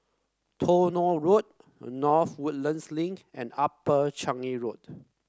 Tronoh Road North Woodlands Link and Upper Ring Road